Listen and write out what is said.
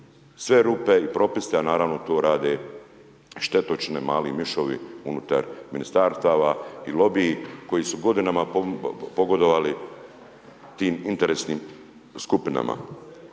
sve rupe i propise, a naravno tu rade štetočine, mali mišovi unutar Ministarstava i lobiji koji su godinama pogodovali tim interesnim skupinama.